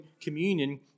communion